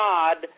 God